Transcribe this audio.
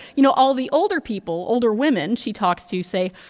you know, all the older people older women she talks to say,